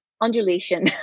undulation